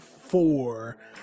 four